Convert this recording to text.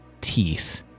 teeth